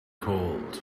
cold